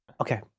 okay